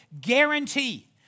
Guarantee